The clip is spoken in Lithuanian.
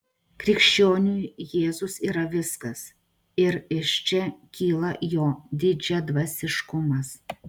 krikščioniui jėzus yra viskas ir iš čia kyla jo didžiadvasiškumas